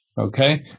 okay